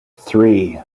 three